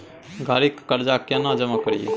गाड़ी के कर्जा केना जमा करिए?